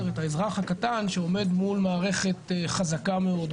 את האזרח הקטן שעומד מול מערכת חזקה מאוד,